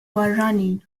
barranin